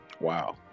Wow